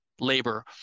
labor